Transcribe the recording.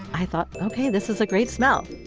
i thought, ok, this is a great smell.